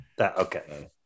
okay